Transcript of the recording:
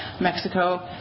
Mexico